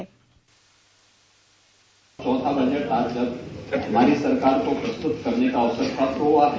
bite चौथा budget हमारी सरकार को प्रस्तुत करने का अवसर प्राप्त हुआ है